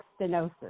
stenosis